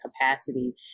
capacity